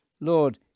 Lord